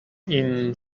این